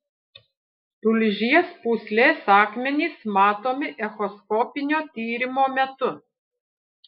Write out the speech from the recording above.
tulžies pūslės akmenys matomi echoskopinio tyrimo metu